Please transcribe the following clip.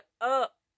up